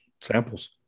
Samples